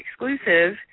exclusive